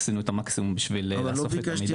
עשינו את המקסימום בשביל לאסוף את המידע.